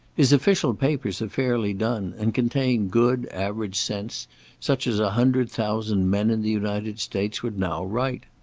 his official papers are fairly done, and contain good average sense such as a hundred thousand men in the united states would now write.